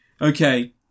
Okay